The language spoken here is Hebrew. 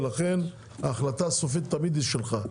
ולכן ההחלטה הסופית תמיד היא שלך,